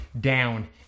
down